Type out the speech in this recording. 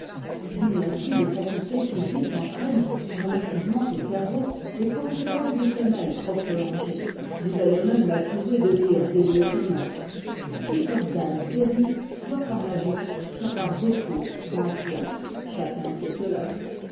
l'inertie des facultés physiques entraîne relativement au cerveau les conséquences du sommeil trop prolongé vous allez même m'accuser de dire des lieux communs tout organe périt soit par l'abus soit par défaut d'emploi chacun sait cela